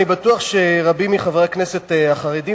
אני בטוח שרבים מחברי הכנסת החרדים